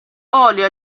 olio